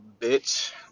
bitch